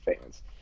fans